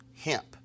hemp